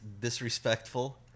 disrespectful